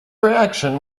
reaction